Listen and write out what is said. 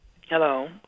Hello